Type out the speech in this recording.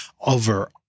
over